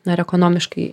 na ir ekonomiškai